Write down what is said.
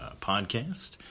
podcast